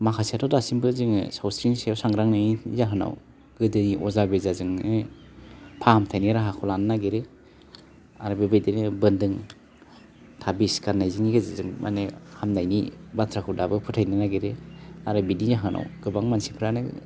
माखासेयाथ' दासिमबो जोङो सावस्रिनि सायाव सांग्रां गैयै जाहोनाव गोदोयै अजा बेजाजोंनो फाहामथाइनि राहाखौ लानो नागिरो आरो बेबायदिनो बोन्दों थाबिस गाननायजों गेजेरजों माने हामनायनि बाथ्राखौ दाबो फोथायनो नागिरो आरो बिदि जाहोनाव गोबां मानसिफ्रानो